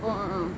mm mm mm